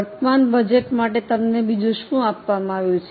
વર્તમાન બજેટ માટે તમને બીજું શું આપવામાં આવ્યું છે